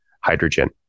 hydrogen